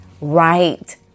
right